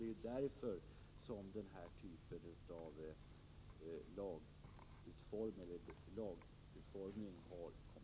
Det är därför lagförslaget har utformats på det sätt som nu har skett.